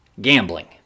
gambling